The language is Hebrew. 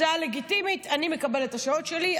הצעה לגיטימית: אני מקבלת את השעות שלי,